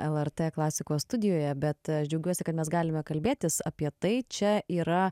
lrt klasikos studijoje bet aš džiaugiuosi kad mes galime kalbėtis apie tai čia yra